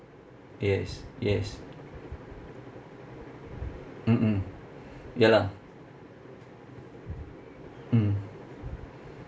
yes yes mm mm ya lah mm